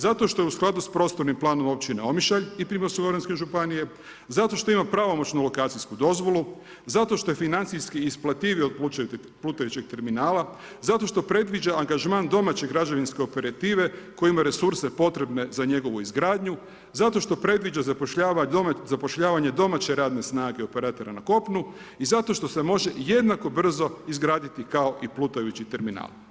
Zato što je u skladu s prostornim planom općine Omišalj i Primorsko goranske županije, zato što ima pravomoćnu lokacijsku dozvolu, zato što je financijski isparljiviji od plutajućeg terminala, zato što predviđa angažman domaće građevinsko operative, koje ima resurse potrebe za njegovu izgradnju, zato što predviđa zapošljavanje domaće radne snage operatera na kopunu i zato što se može jednako brzo izgraditi kao i plutajući terminal.